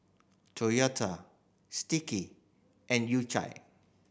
Toyota Sticky and U Cha